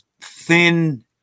thin